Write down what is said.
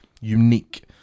unique